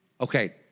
Okay